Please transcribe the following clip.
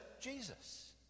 Jesus